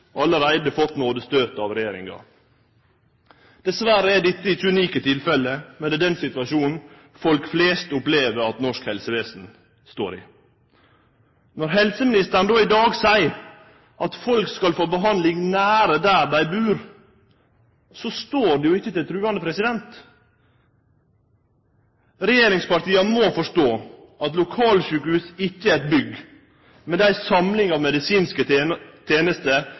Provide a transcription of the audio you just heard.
allereie fått nådestøytet av regjeringa. Dessverre er dette ikkje unike tilfelle, men det er den situasjonen folk flest opplever at norsk helsevesen står i. Når helseministeren då i dag seier at folk skal få behandling nær der dei bur, så står det jo ikkje til truande. Regjeringspartia må forstå at eit lokalsjukehus ikkje er eit bygg, men det er ei samling av medisinske tenester